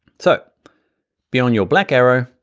so be on your black arrow,